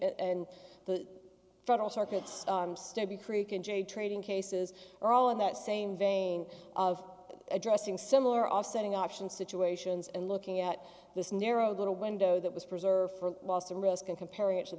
same and the federal circuits to be creek and j trading cases are all in that same vein of addressing similar offsetting options situations and looking at this narrow little window that was preserved for the risk and comparing it to the